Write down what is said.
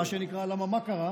מה שנקרא, למה מה קרה?